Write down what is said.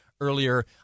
earlier